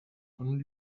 von